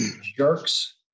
jerks